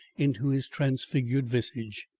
into his transfigured visage.